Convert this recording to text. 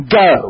go